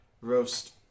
roast